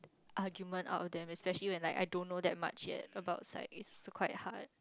argument out of them especially when like I don't know that much yet about side is quite hard